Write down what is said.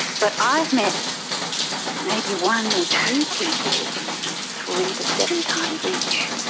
but i've met maybe one or two people three to seven times each.